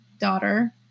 daughter